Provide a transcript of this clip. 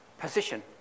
position